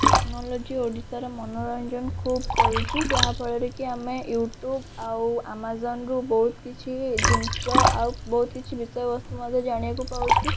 technology ଓଡ଼ିଶାର ମନୋରଞ୍ଜନ ଖୁବ କରୁଛି ଯାହାଫଳରେ କି ଆମେ ୟୁଟ୍ୟୁବ ଆଉ ଆମାଜନ୍ରୁ ବହୁତ କିଛି ଜିନିଷ ଆଉ ବହୁତ କିଛି ବିଷୟବସ୍ତୁ ମଧ୍ୟ ଜାଣିବାକୁ ପାଉଛୁ